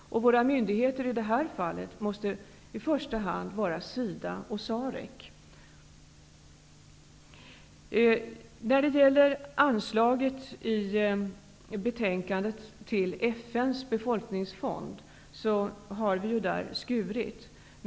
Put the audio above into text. Våra myndigheter måste i det här fallet i första hand vara SIDA och Anslaget till FN:s befolkningsfond har skurits ned i betänkandet.